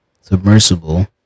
Submersible